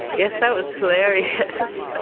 yes, that was hilarious.